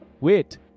Wait